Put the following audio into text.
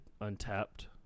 Untapped